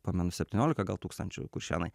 pamenu septyniolika gal tūkstančių kuršėnai